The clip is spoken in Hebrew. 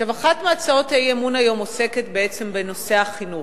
אחת מהצעות האי-אמון היום עוסקת בעצם בנושא החינוך.